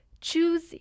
choose